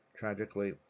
Tragically